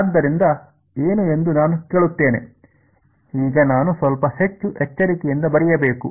ಆದ್ದರಿಂದ ಏನು ಎಂದು ನಾನು ಕೇಳುತ್ತೇನೆ ಈಗ ನಾನು ಸ್ವಲ್ಪ ಹೆಚ್ಚು ಎಚ್ಚರಿಕೆಯಿಂದ ಬರೆಯಬೇಕು